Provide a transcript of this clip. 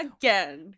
Again